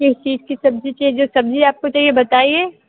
किस चीज़ की सब्ज़ी चाहिए जो सब्ज़ी आपको चाहिए बताइए